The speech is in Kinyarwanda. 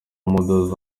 models